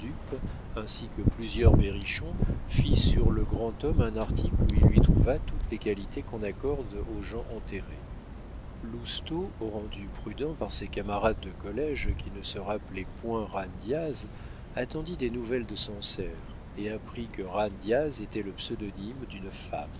ainsi que plusieurs berrichons fit sur le grand homme un article où il lui trouva toutes les qualités qu'on accorde aux gens enterrés lousteau rendu prudent par ses camarades de collége qui ne se rappelaient point jan diaz attendit des nouvelles de sancerre et apprit que jan diaz était le pseudonyme d'une femme